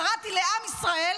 קראתי לעם ישראל